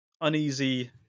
uneasy